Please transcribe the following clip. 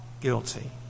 guilty